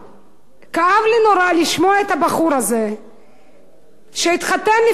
כאב לי נורא לשמוע את הבחור הזה שהתחתן לפני שנה,